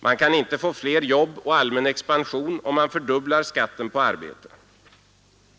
Man kan inte få fler jobb och allmän expansion om man fördubblar skatten på arbete.